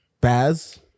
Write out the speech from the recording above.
Baz